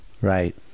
right